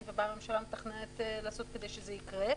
ומה הממשלה מתכננת לעשות כדי שזה יקרה.